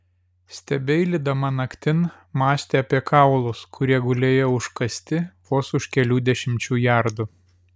stebeilydama naktin mąstė apie kaulus kurie gulėjo užkasti vos už kelių dešimčių jardų